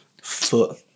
Foot